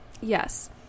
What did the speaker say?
Yes